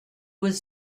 was